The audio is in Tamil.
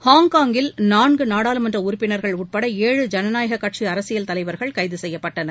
ஹாங்காங்கில் நான்கு நாடாளுமன்ற உறுப்பினர்கள் உட்பட ஏழு ஜனநாயக கட்சி அரசியல் தலைவர்கள் கைது செய்யப்பட்டனர்